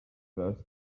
first